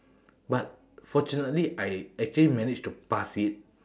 but fortunately I actually managed to pass it